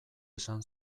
esan